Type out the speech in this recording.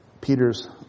Peter's